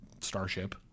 starship